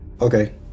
Okay